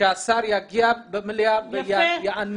שהשר יגיע במליאה ויענה.